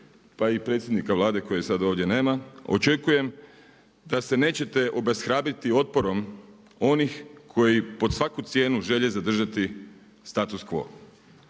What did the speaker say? pa i predsjednika Vlade, kojeg sada ovdje nema, očekujem da se neće obeshrabriti otporom onih koji pod svaku cijenu žele zadržati status quo.